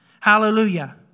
Hallelujah